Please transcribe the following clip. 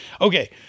okay